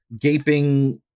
gaping